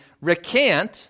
recant